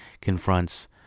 confronts